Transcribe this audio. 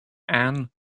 ann